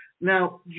Now